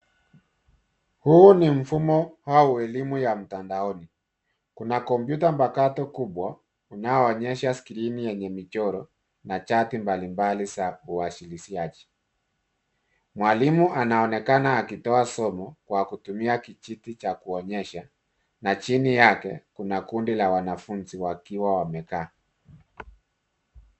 Huu ni mfumo au elimu ya mtandaoni. Kuna kompyuta mpakato kubwa unaoonyesha skrini yenye michoro na chaki mbalimbali za uwasilishaji. Mwalimu anaonekana akitoa somo kwa kutumia kijiti cha kuonyesha na chini yake kuna kundi la wanafunzi wakiwa wamekaa.